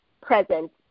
present